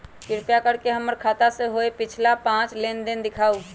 कृपा कर के हमर खाता से होयल पिछला पांच लेनदेन दिखाउ